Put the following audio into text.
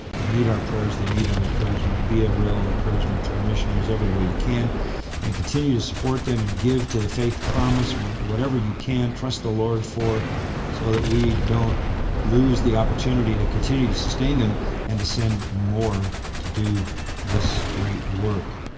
they need our prayers, they need our encouragement. be a real encouragement to our missionaries every way you can and continue to support them and give to the faith promised whatever you can trust the lord for so that we don't lose the opportunity to continue to sustain them and to send more to do this great work.